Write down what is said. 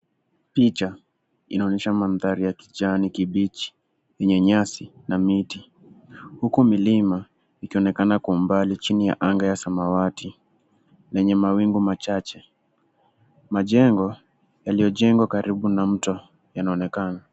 Picha, inaonyesha mandhari ya kijani kibichi yenye nyasi, na miti, huku milima, ikionekana kwa mbali chini ya anga ya samawati, lenye mawingu machache. Majengo, yaliojengwa karibu na mto, yanaonekana.